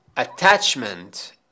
Attachment